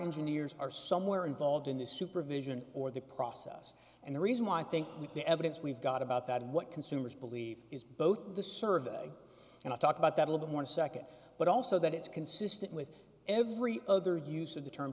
engineers are somewhere involved in the supervision or the process and the reason why i think that the evidence we've got about that and what consumers believe is both the survey and i talked about that a little more second but also that it's consistent with every other use of the term